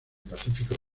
pacífico